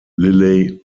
lilley